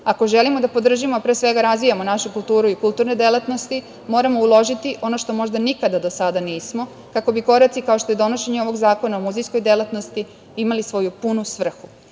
Ako želimo da podržimo, a pre svega razvijamo našu kulturu i kulturne delatnosti, moramo uložiti ono što možda nikada do sada nismo, kako bi koraci kao što je donošenje ovog zakona u muzejskoj delatnosti imali svoju punu svrhu. Lično